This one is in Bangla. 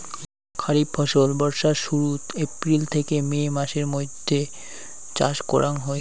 খরিফ ফসল বর্ষার শুরুত, এপ্রিল থেকে মে মাসের মৈধ্যত চাষ করা হই